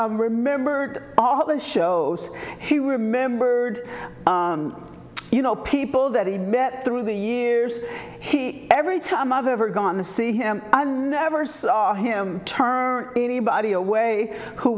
he remembered all the shows he remembered you know people that he met through the years he every time i've ever gone to see him i never saw him turn anybody away who